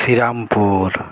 Serampore